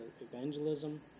evangelism